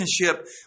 relationship